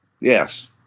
Yes